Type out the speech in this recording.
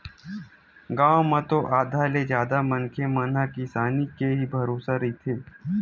गाँव म तो आधा ले जादा मनखे मन ह किसानी के ही भरोसा रहिथे